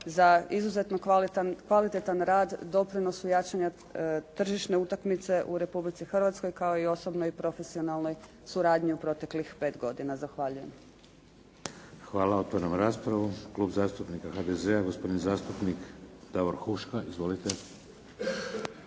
za izuzetno kvalitetan rad doprinosu jačanja tržišne utakmice u Republici Hrvatskoj, kao i osobnoj i profesionalnoj suradnji u proteklih 5 godina. Zahvaljujem. **Šeks, Vladimir (HDZ)** Hvala. Otvaram raspravu. Klub zastupnika HDZ-a, gospodin zastupnik Davor Huška. Izvolite.